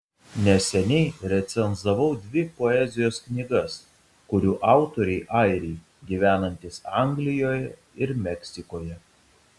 neseniai recenzavau dvi poezijos knygas kurių autoriai airiai gyvenantys anglijoje ir meksikoje